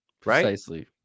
Precisely